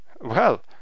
Well